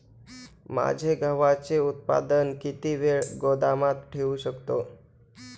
माझे गव्हाचे उत्पादन किती वेळ गोदामात ठेवू शकतो?